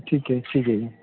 ਠੀਕ ਹੈ ਠੀਕ ਹੈ ਜੀ